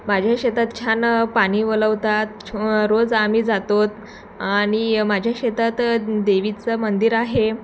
माझ्या शेतात छान पाणी वलवतात छ रोज आम्ही जातो आणि माझ्या शेतात देवीचं मंदिर आहे